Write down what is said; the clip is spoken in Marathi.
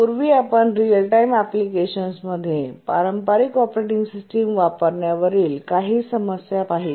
पूर्वी आपण रिअल टाइम अँप्लिकेशन्समध्ये पारंपारिक ऑपरेटिंग सिस्टम वापरण्यावरील काही समस्या पाहिल्या